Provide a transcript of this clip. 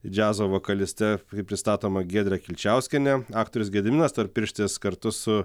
džiazo vokaliste pristatoma giedrė kilčiauskienė aktorius gediminas storpirštis kartu su